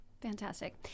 fantastic